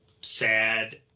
sad